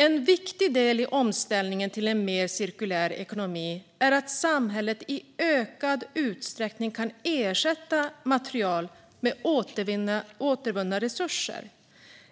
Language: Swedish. En viktig del i omställningen till en mer cirkulär ekonomi är att samhället i ökad utsträckning kan ersätta material med återvunna resurser.